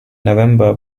november